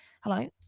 hello